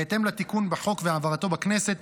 בהתאם לתיקון בחוק והעברתו בכנסת,